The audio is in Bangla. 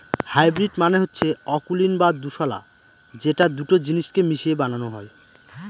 হাইব্রিড মানে হচ্ছে অকুলীন বা দোঁশলা যেটা দুটো জিনিস কে মিশিয়ে বানানো হয়